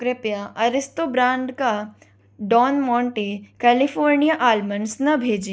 कृपया Aristo brand का Don Monte California almonds न भेजें